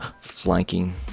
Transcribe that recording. flanking